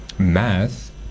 Math